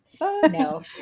No